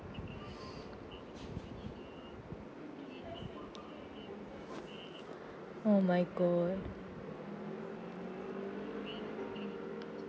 oh my god